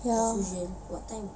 ya